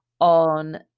on